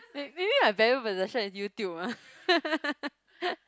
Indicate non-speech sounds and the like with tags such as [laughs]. may maybe my valuable possession is YouTube ah [laughs]